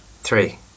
three